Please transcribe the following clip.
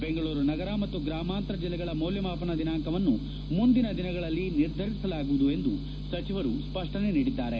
ಬೆಂಗಳೂರು ನಗರ ಮತ್ತು ಗ್ರಾಮಾಂತರ ಜಿಲ್ಲೆಗಳ ಮೌಲ್ಯಮಾಪನ ದಿನಾಂಕವನ್ನು ಮುಂದಿನ ದಿನಗಳಲ್ಲಿ ನಿರ್ಧರಿಸಲಾಗುವುದು ಎಂದು ಸಚಿವರು ಸ್ಪಷ್ಟನೆ ನೀಡಿದ್ದಾರೆ